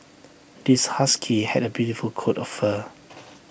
this husky had A beautiful coat of fur